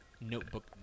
notebook